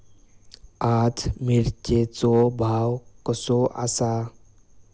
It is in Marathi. आज मिरचेचो भाव कसो आसा?